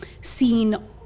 seen